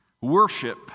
worship